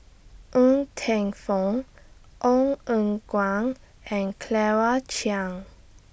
Ng Teng Fong Ong Eng Guan and Claire Chiang